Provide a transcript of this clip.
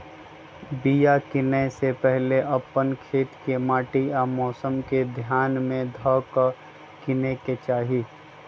बिया किनेए से पहिले अप्पन खेत के माटि आ मौसम के ध्यान में ध के बिया किनेकेँ चाही